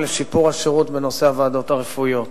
לשיפור השירות בנושא הוועדות הרפואיות.